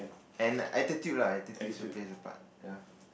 and attitude lah attitude also play a part